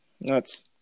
Nuts